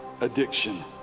addiction